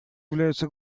являются